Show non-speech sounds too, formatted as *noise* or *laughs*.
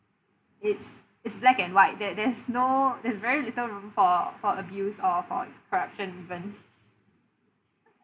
it's it's black and white there there's no there's very little room for for abuse or for corruption even *laughs*